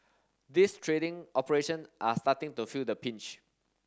these trading operation are starting to feel the pinch